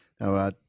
Now